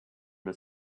his